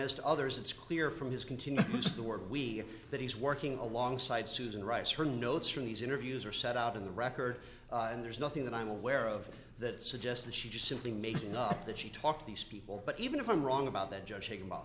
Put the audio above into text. and as to others it's clear from his continued use the word we that he's working alongside susan rice her notes from these interviews are set out in the record and there's nothing that i'm aware of that suggests that she just simply making up that she talked to these people but even if i'm wrong about that judging about